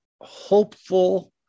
hopeful